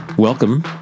Welcome